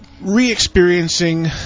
re-experiencing